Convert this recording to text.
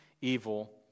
evil